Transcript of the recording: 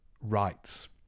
rights